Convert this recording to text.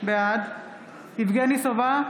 בעד יבגני סובה,